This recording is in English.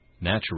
Natural